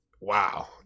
wow